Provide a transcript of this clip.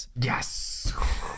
Yes